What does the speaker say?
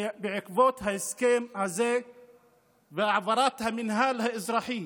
ובעקבות ההסכם הזה והעברת המינהל האזרחי